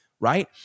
right